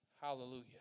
hallelujah